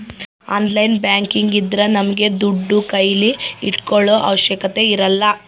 online banking ಇದ್ರ ನಮ್ಗೆ ದುಡ್ಡು ಕೈಲಿ ಇಟ್ಕೊಳೋ ಅವಶ್ಯಕತೆ ಇರಲ್ಲ